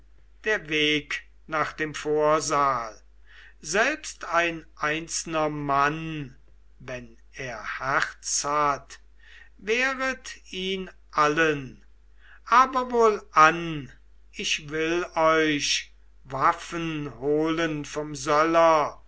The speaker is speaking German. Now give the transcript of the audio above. der weg nach dem vorsaal selbst ein einzelner mann wenn er herz hat wehret ihn allen aber wohlan ich will euch waffen holen vom